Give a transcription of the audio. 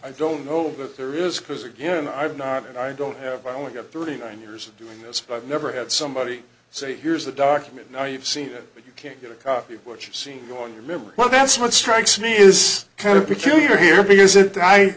i don't know that there is because again i've not and i don't have i only got thirty nine years doing this but i've never had somebody say here's the document now you've seen it but you can't get a copy of what you've seen on your memory well that's what strikes me is kind of peculiar here because it i